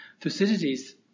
Thucydides